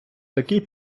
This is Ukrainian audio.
такий